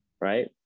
right